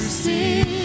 see